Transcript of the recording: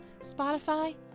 Spotify